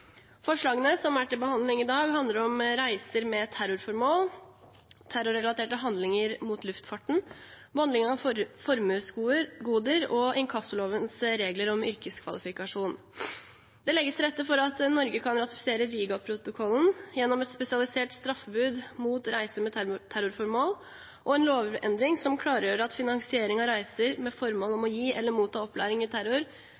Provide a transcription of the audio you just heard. Forslagene til behandling i dag handler om reiser med terrorformål, terrorrelaterte handlinger mot luftfarten, båndlegging av formuesgoder og om inkassolovens regler om yrkeskvalifikasjon. Det legges til rette for at Norge kan ratifisere Rigaprotokollen gjennom et spesialisert straffebud mot reiser med terrorformål og en lovendring som klargjør at finansiering av reiser med formål om å gi eller motta opplæring i terror